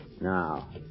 Now